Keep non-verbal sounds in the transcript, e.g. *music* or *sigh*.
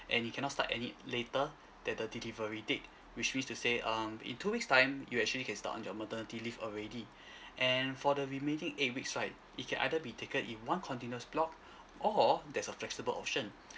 and it cannot start any later than the delivery date which means to say um in two weeks time you actually can start on your maternity leave already *breath* and for the remaining eight weeks right it can either be taken in one continuous block or there's a flexible option